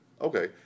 okay